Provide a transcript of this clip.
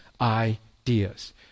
ideas